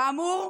כאמור,